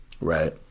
right